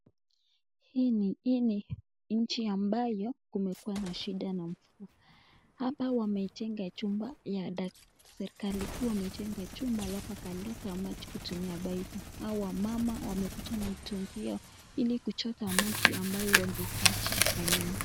Hii ni nchi ambayo kumekuwa na shida na mvua. Hapa wameitenga chumba ya serikali kuwa wameitenga chumba alafu akaleta maji kutumia paipu. Hawa wamama wamekuja na mtungi yao ili kuchota maji ambayo wangehitaji kwa nyumba.